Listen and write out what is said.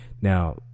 now